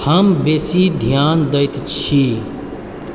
हम बेसी ध्यान दैत छी